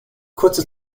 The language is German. kurze